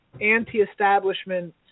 anti-establishment